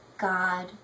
God